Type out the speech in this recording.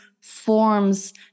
forms